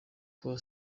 kwa